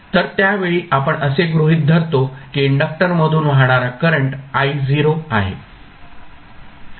तर त्या वेळी आपण असे गृहित धरतो की इंडक्टर मधून वाहणारा करंट I0 आहे